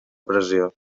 pressió